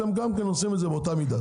אתם גם עושים את זה באותה מידה.